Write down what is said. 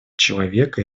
человека